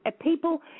People